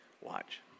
Watch